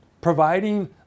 providing